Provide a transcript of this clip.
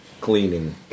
cleaning